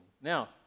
Now